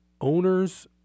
Owners